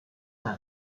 zen